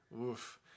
oof